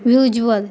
visual